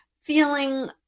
feeling